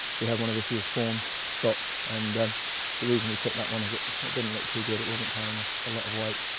we had one of this years fawns stop and the reason we took that one is it didn't look too good. it wasn't carrying a lot of weight.